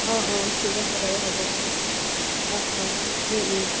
অঁ অঁ ঠিক আছে বাৰু হ'ব অঁ অঁ